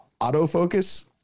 Autofocus